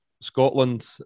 Scotland